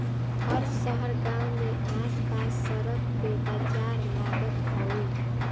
हर शहर गांव में आस पास सड़क पे बाजार लागत हवे